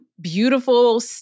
beautiful